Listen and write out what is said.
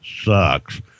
sucks